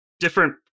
different